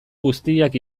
guztiak